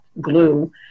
glue